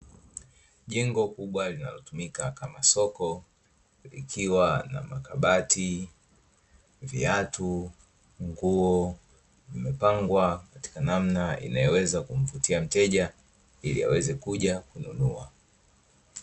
Jengo kubwa linalotumika kama soko likiwa na makabati, viatu, nguo. Vimepangwa katika namna inayoweza kumvutia mteja ili aweze kuja kununua.